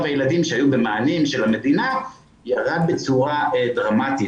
הילדים שהיו במענים של המדינה ירד בצורה דרמטית.